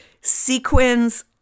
sequins